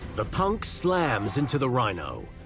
the punk slams into the rhino,